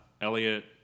Elliot